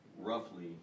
roughly